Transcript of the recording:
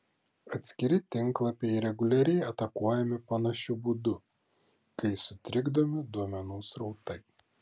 atskiri tinklapiai reguliariai atakuojami panašiu būdu kai sutrikdomi duomenų srautai